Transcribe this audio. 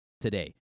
today